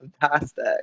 fantastic